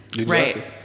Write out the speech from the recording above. Right